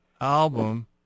album